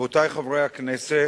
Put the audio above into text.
רבותי חברי הכנסת,